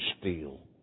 steel